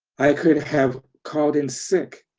i could have called in sick.